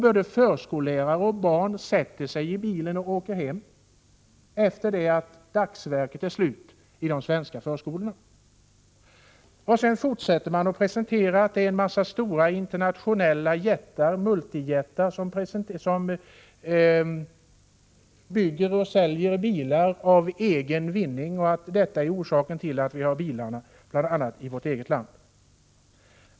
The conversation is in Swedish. Både förskollärare och barn sätter sig i bilen och åker hem efter det att dagsverket är slut i de svenska förskolorna. Sedan fortsätter man att presentera en massa stora internationella multijättar som bygger och säljer bilar för egen vinnings skull. Det sägs vara orsaken till att vi har bilar bl.a. i vårt eget land.